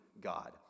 God